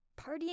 partying